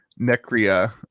Necria